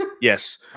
yes